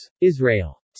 Israel